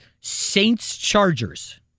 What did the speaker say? Saints-Chargers